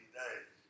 days